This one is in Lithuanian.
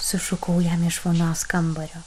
sušukau jam iš vonios kambario